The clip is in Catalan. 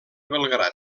belgrad